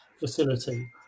facility